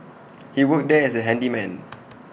he worked there as A handyman